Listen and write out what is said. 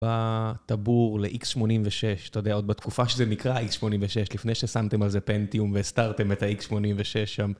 בתבור ל-x86, אתה יודע, עוד בתקופה שזה נקרא x86, לפני ששמתם על זה Pentium והסתרתם את ה-x86 שם.